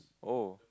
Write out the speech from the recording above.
oh